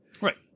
Right